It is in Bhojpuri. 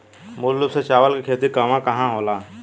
मूल रूप से चावल के खेती कहवा कहा होला?